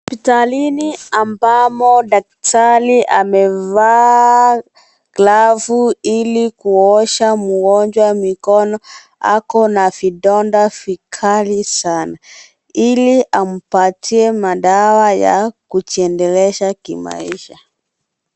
Hospitalini ambamo daktari amevaa glovu, ili kuosha mgonjwa mikono. Ako na vidonda vikali sana, ili ampatie madawa ya kujiendeleza kimaisha.